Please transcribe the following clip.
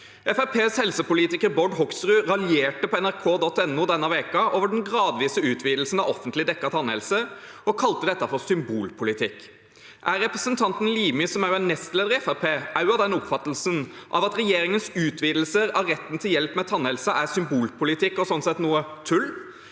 helsepolitiker Bård Hoksrud raljerte på nrk.no denne uken over den gradvise utvidelsen av offentlig dekket tannhelse og kalte det for symbolpolitikk. Er representanten Limi, som er nestleder i Fremskrittspartiet, også av den oppfattelsen at regjeringens utvidelse av retten til hjelp med tannhelse er symbolpolitikk og sånn sett er noe tull,